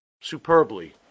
superbly